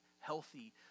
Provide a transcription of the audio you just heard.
healthy